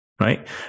right